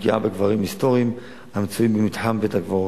פגיעה בקברים היסטוריים המצויים במתחם בית-הקברות.